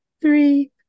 three